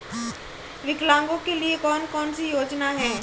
विकलांगों के लिए कौन कौनसी योजना है?